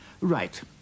Right